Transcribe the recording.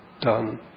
done